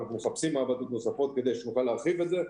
ואנחנו מחפשים מעבדות נוספות כדי שנוכל להרחיב את זה,